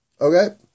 okay